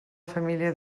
família